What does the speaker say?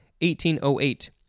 1808